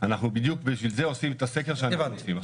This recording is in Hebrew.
בדיוק בשביל זה אנחנו עושים את הסקר שאנחנו עושים.